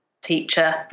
Teacher